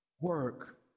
work